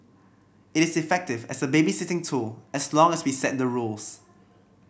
it is effective as a babysitting tool as long as we set the rules